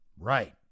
right